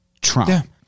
Trump